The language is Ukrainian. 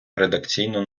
редакційну